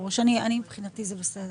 מבחינתי זה בסדר.